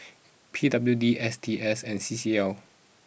P W D S T S and C C L